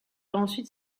ensuite